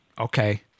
okay